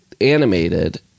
animated